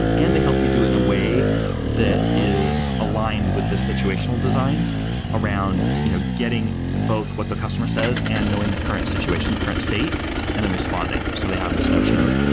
and they help you do it in a way that is aligned with this situational design around you know getting both what the customer says and knowing the current situation, the current state and then responding. so they have this notion of,